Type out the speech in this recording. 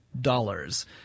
dollars